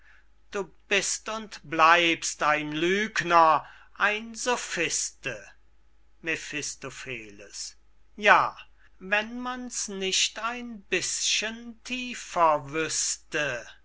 du bist und bleibst ein lügner ein sophiste mephistopheles ja wenn man's nicht ein bißchen tiefer wüßte